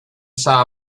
saw